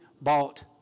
bought